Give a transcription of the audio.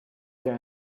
their